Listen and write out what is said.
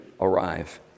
arrive